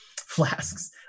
flasks